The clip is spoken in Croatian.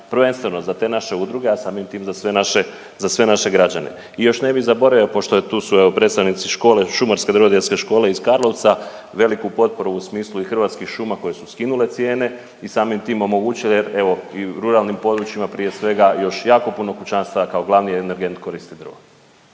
prvenstveno za te naše udruge, a samim tim i za sve naše, za sve naše građane. I još ne bi zaboravio pošto tu su evo predstavnici škole Šumarske drvodjelske škole iz Karlovca veliku potporu u smislu i Hrvatskih šuma koje su skinule cijene i samim tim omogućile jer evo i u ruralnim područjima prije svega još puno kućanstava kao glavni energent koristi drvo.